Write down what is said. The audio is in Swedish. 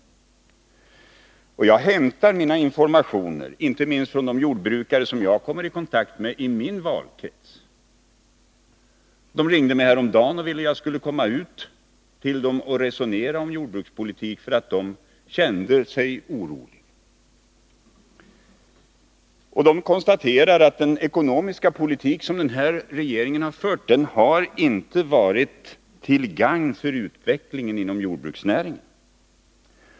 Men jag hämtar mina informationer inte minst från de jordbrukare jag kommer i kontakt med i min valkrets — de ringde mig häromdagen och ville att jag skulle komma och resonera om jordbrukspolitik, för att de kände sig oroliga — och de konstaterar att den ekonomiska politik som den nuvarande regeringen har fört inte har varit till gagn för utvecklingen inom jordbruksnäringen.